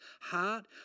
heart